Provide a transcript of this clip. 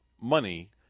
money